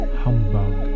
humbug